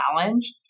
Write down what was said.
challenge